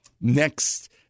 next